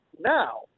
now